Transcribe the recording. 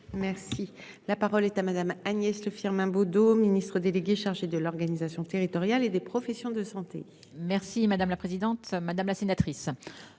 Merci la parole est à Madame Agnès Firmin Bodo Ministre délégué chargé de l'organisation territoriale et des professions de santé. Merci madame la présidente, madame la sénatrice,